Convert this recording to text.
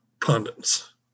pundits